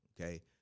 Okay